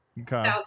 okay